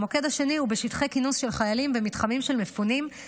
המוקד השני הוא בשטחי כינוס של חיילים ובמתחמים של מפונים,